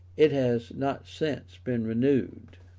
it has not since been renewed.